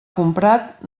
comprat